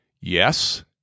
Yes